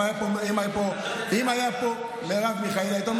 אם מרב מיכאלי הייתה פה,